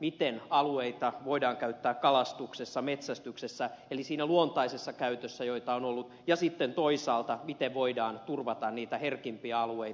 miten alueita voidaan käyttää kalastuksessa metsästyksessä eli siinä luontaisessa käytössä jota on ollut ja sitten toisaalta miten voidaan turvata niitä herkimpiä alueita